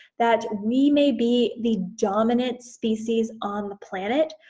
that we may be the dominant species on the planet,